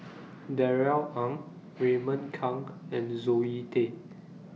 Darrell Ang Raymond Kang and Zoe Tay